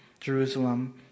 Jerusalem